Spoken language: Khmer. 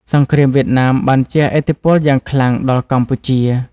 សង្គ្រាមវៀតណាមបានជះឥទ្ធិពលយ៉ាងខ្លាំងដល់កម្ពុជា។